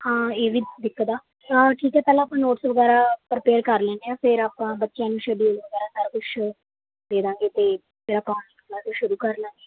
ਹਾਂ ਇਹ ਵੀ ਦਿੱਕਤ ਆ ਤਾਂ ਠੀਕ ਹੈ ਪਹਿਲਾਂ ਆਪਾਂ ਨੋਟਸ ਵਗੈਰਾ ਪ੍ਰੀਪੇਅਰ ਕਰ ਲੈਂਦੇ ਹਾਂ ਫੇਰ ਆਪਾਂ ਬੱਚਿਆਂ ਨੂੰ ਸਡਿਊਲ ਵਗੈਰਾ ਸਾਰਾ ਕੁਛ ਦੇ ਦੇਵਾਂਗੇ ਅਤੇ ਫਿਰ ਆਪਾਂ ਕਲਾਸਿਸ ਸ਼ੁਰੂ ਕਰ ਲਵਾਂਗੇ